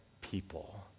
people